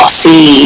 see